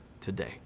today